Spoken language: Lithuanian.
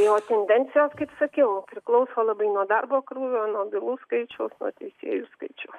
jos intencijos kaip sakiau priklauso labai nuo darbo krūvio nuo bylų skaičiaus nuo teisėjų skaičių